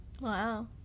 Wow